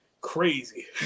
crazy